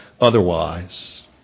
otherwise